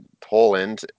Poland